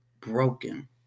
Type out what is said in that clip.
broken